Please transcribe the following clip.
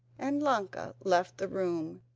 and ilonka left the room,